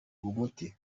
umuti